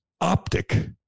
optic